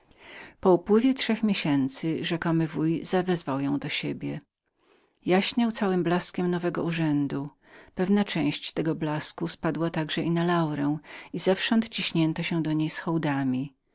po upływie trzech miesięcy mniemany wuj zawezwał ją do siebie gdzie go znalazła jaśniejącego całym blaskiem nowego urzędu pewna część tego blasku spadła i na nią i zewsząd ciśnięto się do